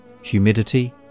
Humidity